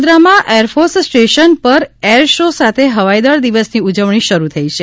વડોદરામાં air force station પર air show સાથે હવાઈદળ દિવસની ઉજવણી શરૂ થઈ છે